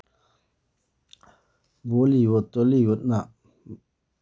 Bollywood ꯇꯣꯂꯤꯋꯨꯗꯅ